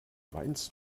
weinst